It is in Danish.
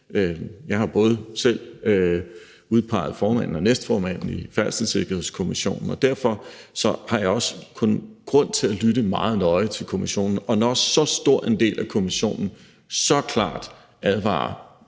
Jeg har selv både udpeget formanden og næstformanden i Færdselssikkerhedskommissionen, og derfor har jeg også kun grund til at lytte meget nøje til kommissionen, og når så stor en del af kommissionen så klart samlet